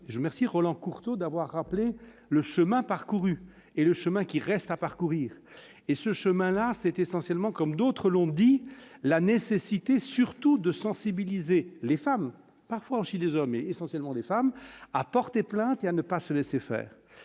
je merci Roland Courteau d'avoir rappelé le chemin parcouru et le chemin qui reste à parcourir et ce chemin-là, c'est essentiellement comme d'autres l'ont dit la nécessité surtout de sensibiliser les femmes parfois aussi désormais essentiellement des femmes à porter plainte et à ne pas se laisser faire